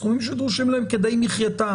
סכומים שדרושים להם כדי מחייתם,